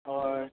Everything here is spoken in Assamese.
হয়